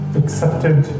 accepted